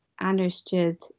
understood